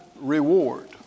reward